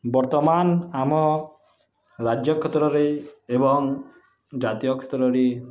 ବର୍ତ୍ତମାନ ଆମ ରାଜ୍ୟ କ୍ଷେତ୍ରରେ ଏବଂ ଜାତୀୟ କ୍ଷେତ୍ରରେ